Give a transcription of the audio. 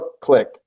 click